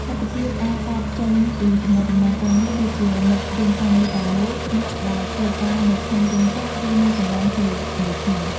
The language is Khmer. មិត្តភាពអាចកើតចេញពីទំនាក់ទំនងការងារ ដូចជាមិត្តរួមការងារតែមួយ អ្នកដែលធ្វើការនៅក្នុងរោងចក្រ ឬនៅកន្លែងជាមួយគ្នា ។